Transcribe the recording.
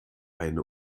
eine